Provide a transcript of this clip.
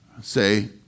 say